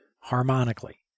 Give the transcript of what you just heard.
harmonically